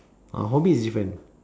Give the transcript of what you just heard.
ah for me it's different